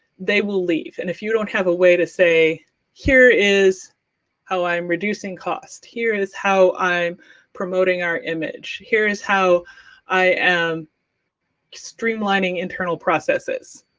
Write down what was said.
they will leave, and, if you don't have a way to say here is how i'm reducing costs, here is how i'm promoting our image, here is how i am streamlining internal processes,